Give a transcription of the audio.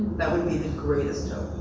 that would be the greatest hope.